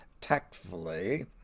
tactfully